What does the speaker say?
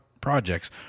projects